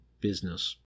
business